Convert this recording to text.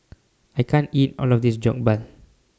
I can't eat All of This Jokbal